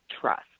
trust